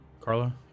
Carla